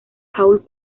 paul